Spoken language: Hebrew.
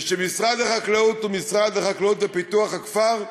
וכשמשרד החקלאות הוא משרד החקלאות ופיתוח הכפר,